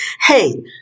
hey